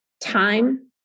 time